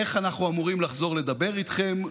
איך אנחנו אמורים לחזור לדבר איתכם?